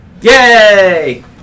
Yay